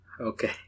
okay